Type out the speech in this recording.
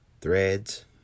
threads